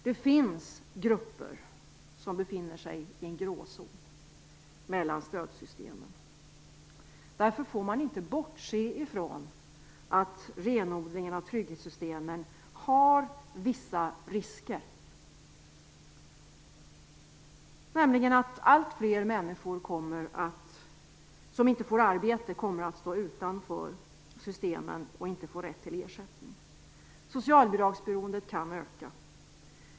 Det finns grupper som befinner sig i en gråzon mellan stödsystemen. Därför får man inte bortse från att renodlingen av trygghetssystemen har vissa risker, nämligen att alltfler människor, som inte kan få arbete, inte får rätt till ersättning och kommer att stå utanför systemen. Socialbidragsberoendet kan öka.